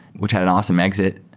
which had an awesome exit.